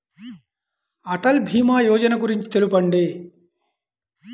అటల్ భీమా యోజన గురించి తెలుపండి?